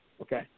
okay